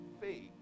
faith